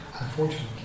unfortunately